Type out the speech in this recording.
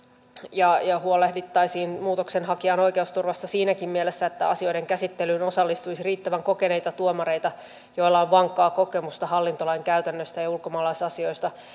ja tällä huolehdittaisiin muutoksenhakijan oikeusturvasta siinäkin mielessä että asioiden käsittelyyn osallistuisi riittävän kokeneita tuomareita joilla on vankkaa kokemusta hallintolain käytännöstä ja ulkomaalaisasioista